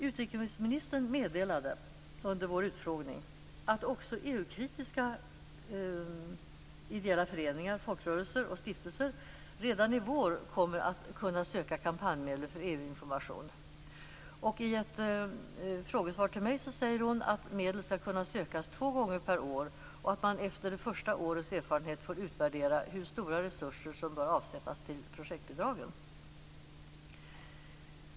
Utrikesministern meddelade under vår utfrågning att också EU-kritiska ideella föreningar, folkrörelser och stiftelser redan i vår kommer att kunna söka kampanjmedel för EU-information. I ett frågesvar till mig säger hon att medel skall kunna sökas två gånger per år och att man efter det första årets erfarenhet får utvärdera hur stora resurser som bör avsättas till projektbidragen.